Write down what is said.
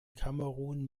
kamerun